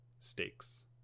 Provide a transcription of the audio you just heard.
stakes